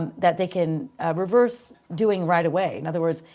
um that they can reverse doing right away. and other words,